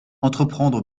entreprendre